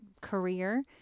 career